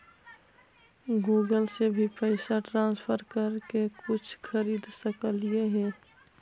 Google से भी पैसा ट्रांसफर कर के कुछ खरिद सकलिऐ हे?